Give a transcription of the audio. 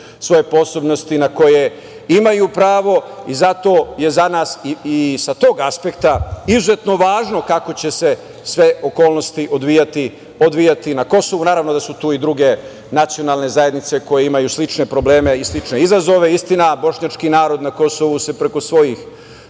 svoju kulturu na koje imaju pravo i zato je za nas i sa tog aspekta izuzetno važno kako će se sve okolnosti odvijati na Kosovu. Naravno da su tu i druge nacionalne zajednice koje imaju slične probleme i slične izazove. Istina, bošnjački narod na Kosovu se preko svojih